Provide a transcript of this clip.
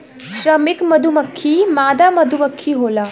श्रमिक मधुमक्खी मादा मधुमक्खी होला